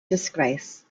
disgrace